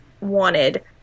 wanted